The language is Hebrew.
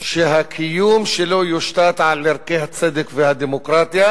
שהקיום שלו יושתת על ערכי הצדק והדמוקרטיה,